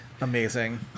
Amazing